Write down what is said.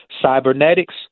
cybernetics